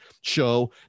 Show